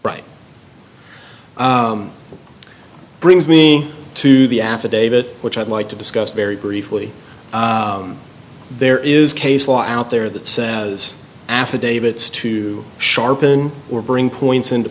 right brings me to the affidavit which i'd like to discuss very briefly there is case law out there that says affidavits to sharpen or bring points into